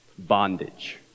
bondage